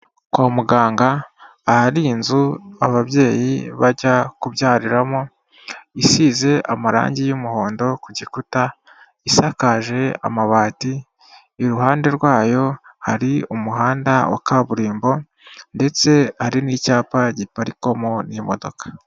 Kwa muganga ahari inzu ababyeyi bajya kubyariramo isize amarangi y'umuhondo ku gikuta isakaje, amabati iruhande rwayo hari umuhanda wa kaburimbo ndetse hari n'icyapa giparikwamo imodoka.